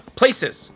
places